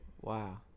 Wow